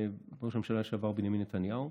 ראש הממשלה לשעבר בנימין נתניהו.